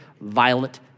violent